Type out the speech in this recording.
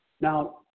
Now